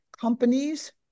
companies